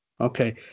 Okay